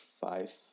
five